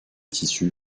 tissus